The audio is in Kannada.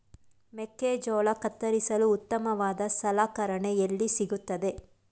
ಮೆಕ್ಕೆಜೋಳ ಕತ್ತರಿಸಲು ಉತ್ತಮವಾದ ಸಲಕರಣೆ ಎಲ್ಲಿ ಸಿಗುತ್ತದೆ?